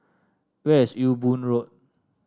where is Ewe Boon Road